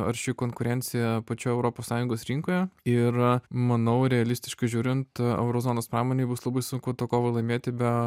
arši konkurencija pačioj europos sąjungos rinkoje ir manau realistiškai žiūrint euro zonos pramonei bus labai sunku tą kovą laimėti be